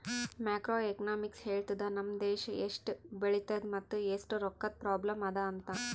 macro economics ಹೇಳ್ತುದ್ ನಮ್ ದೇಶಾ ಎಸ್ಟ್ ಬೆಳದದ ಮತ್ ಎಸ್ಟ್ ರೊಕ್ಕಾದು ಪ್ರಾಬ್ಲಂ ಅದಾ ಅಂತ್